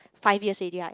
five years already right